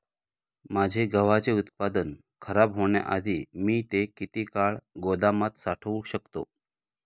माझे गव्हाचे उत्पादन खराब होण्याआधी मी ते किती काळ गोदामात साठवू शकतो?